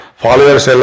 followers